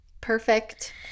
perfect